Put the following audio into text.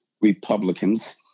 Republicans